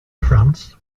france